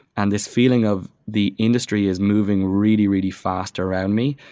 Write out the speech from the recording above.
and this feeling of the industry is moving really, really fast around me,